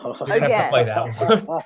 Again